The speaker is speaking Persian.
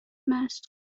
مست